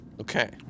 Okay